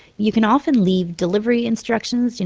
you can often leave delivery instructions. you know,